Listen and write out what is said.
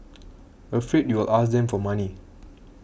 afraid you'll ask them for money